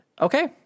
Okay